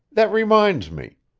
that reminds me.